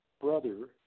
brother